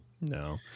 No